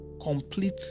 complete